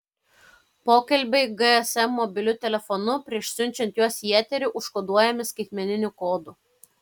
pokalbiai gsm mobiliu telefonu prieš siunčiant juos į eterį užkoduojami skaitmeniniu kodu